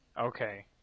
Okay